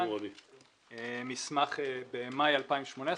מסמך במאי 2018,